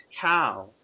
cow